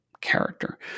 character